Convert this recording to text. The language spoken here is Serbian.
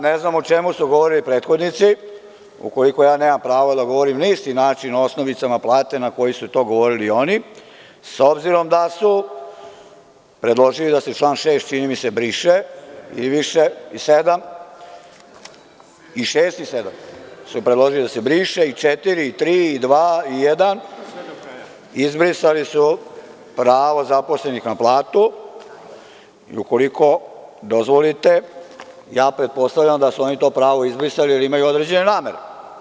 Ne znam o čemu su govorili prethodnici, ukoliko ja nemam pravo da govorim na isti način o osnovicama plate na koji su to govorili oni, s obzirom da su predložili da se član 6. briše, i član 7, i član 4, i član 3, i član 2, i član 1, izbrisali su pravo zaposlenih na platu i ukoliko dozvolite, ja pretpostavljam da su oni to pravo izbrisali zato jer imaju određene namere.